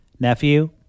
Nephew